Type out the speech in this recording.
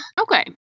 Okay